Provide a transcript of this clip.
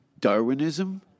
Darwinism